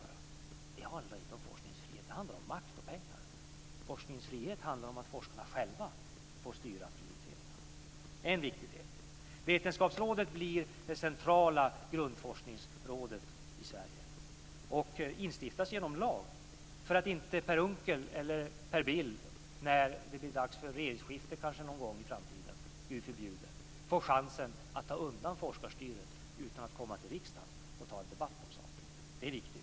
Det är inte forskningsfrihet, det handlar om makt och pengar. Forskningsfrihet handlar om att forskarna själva får styra prioriteringarna. Det är en viktig del. Vetenskapsrådet blir det centrala grundforskningsrådet i Sverige. Det instiftas genom lag för att inte Per Unckel eller Per Bill, när det kanske - Gud förbjude - blir dags för regeringsskifte någon gång i framtiden, får chansen att ta undan forskarstyret utan att komma till riksdagen och ta en debatt om saken. Det är viktigt.